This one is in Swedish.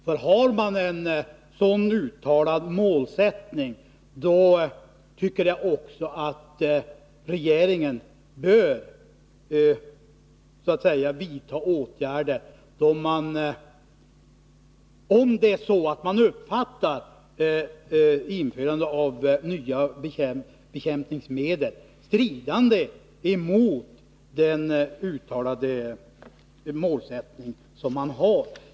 Om regeringen har en uttalad målsättning på detta område, då bör regeringen enligt min mening också vidta åtgärder, om man uppfattar införandet av nya bekämpningsmedel såsom stridande emot denna uttalade målsättning.